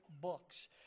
books